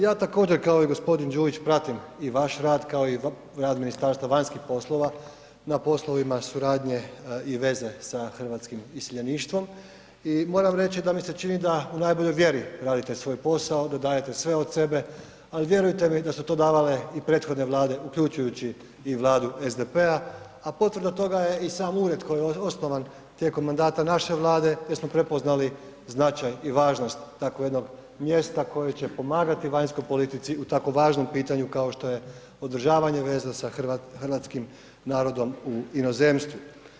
Ja također kao i g. Đujić pratim i vaš rad kao i rad Ministarstva vanjskih poslova na poslovima suradnje i veze sa hrvatskim iseljeništvom i moram reći da mi se čini da u najboljoj vjeri radite svoj posao, da dajete sve od sebe, al vjerujte mi da su to davale i prethodne Vlade uključujući i Vladu SDP-a, a potvrda toga je i sam ured koji je osnovan tijekom mandata naše Vlade jer smo prepoznali značaj i važnost tako jednog mjesta koje će pomagati vanjskoj politici u tako važnom pitanju kao što je održavanje veza sa hrvatskim narodom u inozemstvu.